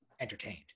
entertained